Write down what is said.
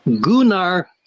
Gunnar